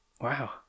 Wow